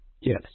Yes